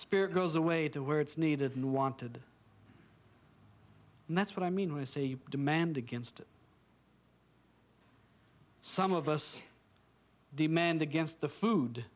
spirit goes away to where it's needed and wanted and that's what i mean was a demand against some of us demand against